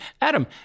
Adam